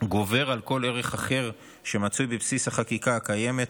גובר על כל ערך אחר שמצוי בבסיס החקיקה הקיימת,